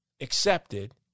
accepted